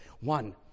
one